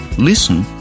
listen